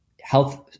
health